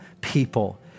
people